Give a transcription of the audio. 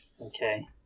Okay